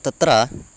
तत्र